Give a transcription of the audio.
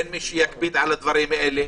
אין מי שיקפיד על הדברים האלה.